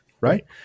Right